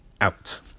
out